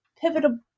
pivotal